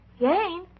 Jane